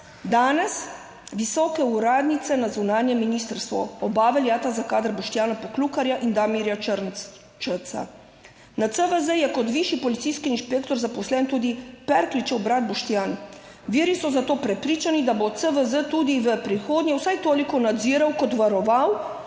danes visoke uradnice na zunanjem ministrstvu. Oba veljata za kader Boštjana Poklukarja in Damirja Črncčeca. Na CVZ je kot višji policijski inšpektor zaposlen tudi Perkličev brat Boštjan. Viri so zato prepričani, da bo CVZ tudi v prihodnje vsaj toliko nadziral kot varoval